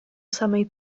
samej